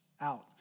out